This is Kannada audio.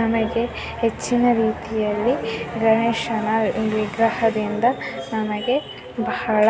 ನಮಗೆ ಹೆಚ್ಚಿನ ರೀತಿಯಲ್ಲಿ ಗಣೇಶನ ವಿಗ್ರಹದಿಂದ ನಮಗೆ ಬಹಳ